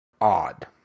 odd